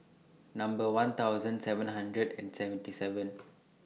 Number one thousand seven hundred and seventy seven